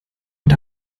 und